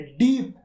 deep